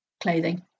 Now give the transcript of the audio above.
clothing